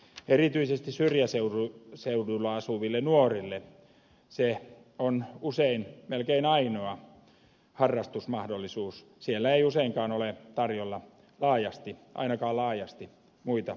erityisesti syrjäseuduilla asuville nuorille se on usein melkein ainoa harrastusmahdollisuus siellä ei useinkaan ole tarjolla ainakaan laajasti muita harrastusmahdollisuuksia